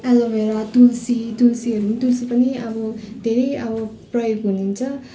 yellow भेरा तुलसी तुलसीहरू तुलसी पनि अब धेरै अब प्रयोग हुनुहुन्छ